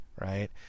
right